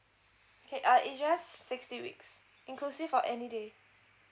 okay uh is just sixty weeks inclusive or any day